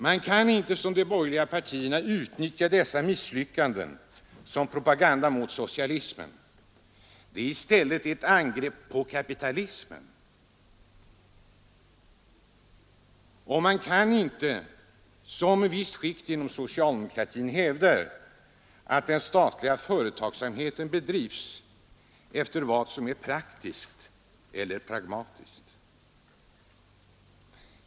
Man kan inte, som de borgerliga partierna gör, utnyttja dessa misslyckanden som propaganda mot socialismen — de är i stället angrepp på kapitalismen. Man kan inte som vissa skikt inom socialdemokratin hävda att den statliga företagsamheten bedrivs efter vad som är praktiskt eller ”pragmatiskt”.